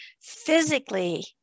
physically